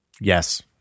Yes